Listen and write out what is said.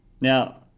Now